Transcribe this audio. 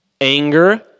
anger